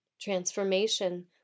Transformation